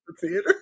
theater